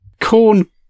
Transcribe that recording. Corn